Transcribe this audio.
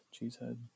cheesehead